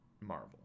Marvel